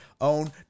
own